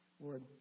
Lord